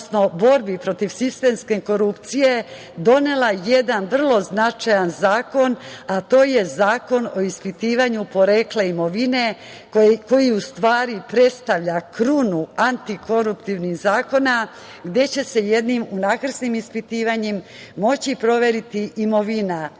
odnosno borbi protiv sistemske korupcije, donela jedan vrlo značajan zakon, a to je Zakon o ispitivanju porekla imovine koji predstavlja krunu antikoruptivnih zakona, gde će se jednim unakrsnim ispitivanjem moći proveriti imovina svakog